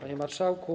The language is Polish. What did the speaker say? Panie Marszałku!